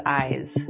eyes